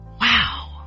Wow